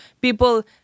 people